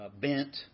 bent